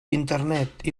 internet